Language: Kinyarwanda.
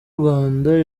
rwanda